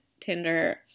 Tinder